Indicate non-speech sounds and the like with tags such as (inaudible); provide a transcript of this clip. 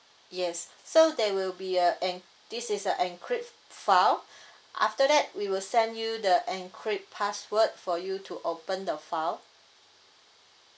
yes so there will be a en~ this is a encrypt file (breath) after that we will send you the encrypt password for you to open the file